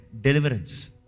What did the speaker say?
deliverance